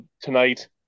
tonight